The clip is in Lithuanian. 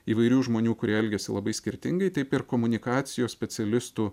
įvairių žmonių kurie elgiasi labai skirtingai taip ir komunikacijos specialistų